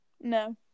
No